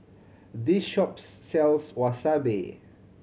this shop sells Wasabi